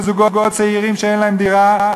לזוגות צעירים שאין להם דירה,